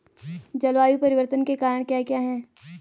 जलवायु परिवर्तन के कारण क्या क्या हैं?